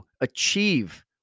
achieve